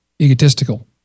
egotistical